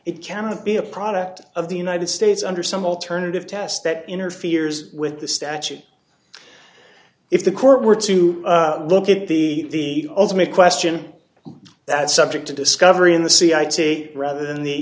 it cannot be a product of the united states under some alternative test that interferes with the statute if the court were to look at the ultimate question that's subject to discovery in the sea i'd say rather than the